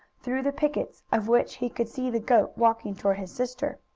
through the pickets of which he could see the goat walking toward his sister.